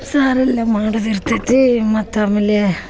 ಸಾರೆಲ್ಲ ಮಾಡುದ ಇರ್ತೈತಿ ಮತ್ತೆ ಆಮೇಲೆ